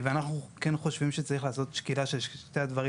אנחנו כן חושבים שצריך לעשות שקילה של שני הדברים